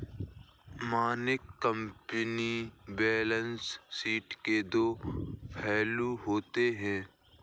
मानक company balance sheet के दो फ्लू होते हैं